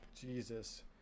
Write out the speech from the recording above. Jesus